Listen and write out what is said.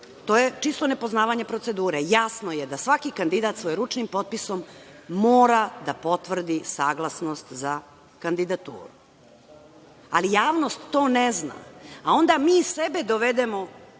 to je čisto nepoznavanje procedure. Jasno je da svaki kandidat svojeručnim potpisom mora da potvrdi saglasnost za kandidaturu, ali javnost to ne zna, a onda mi sebe dovedemo